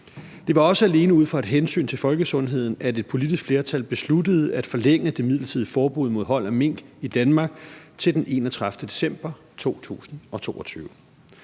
Det var også alene ud fra et hensyn til folkesundheden, at et politisk flertal besluttede at forlænge det midlertidige forbud mod hold af mink i Danmark til den 31. december 2022.